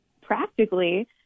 practically